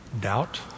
doubt